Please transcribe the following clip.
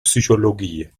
psychologie